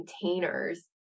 containers